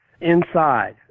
inside